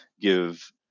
give